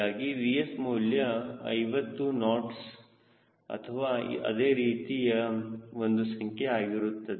ಹೀಗಾಗಿ Vs ಮೌಲ್ಯವು 50 notes ಅಥವಾ ಅದೇ ರೀತಿಯ ಒಂದು ಸಂಖ್ಯೆ ಆಗಿರುತ್ತದೆ